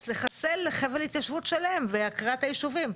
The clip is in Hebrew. לחסל חבל התיישבות שלם ועקירת היישובים.